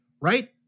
Right